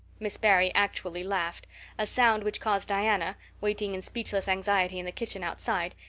miss barry actually laughed a sound which caused diana, waiting in speechless anxiety in the kitchen outside,